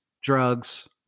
drugs